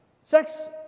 Sex